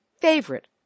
favorite